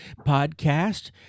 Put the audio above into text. podcast